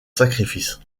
sacrifice